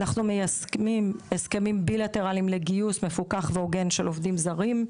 אנחנו מיישמים הסכמים בילטרליים לגיוס מפוקח והוגן של עובדים זרים.